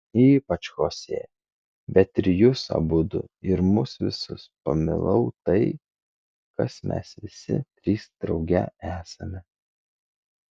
ypač chosė bet ir jus abudu ir mus visus pamilau tai kas mes visi trys drauge esame